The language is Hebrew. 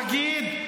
אין הנהגה שתגיד,